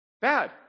Bad